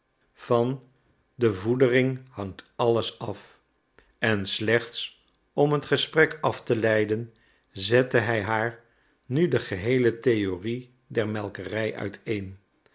van de voedering hangt alles af en slechts om het gesprek af te leiden zette hij haar nu de geheele theorie der